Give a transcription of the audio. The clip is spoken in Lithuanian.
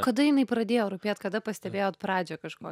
kada jinai pradėjo rūpėt kada pastebėjot pradžią kažko